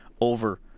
over